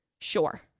Sure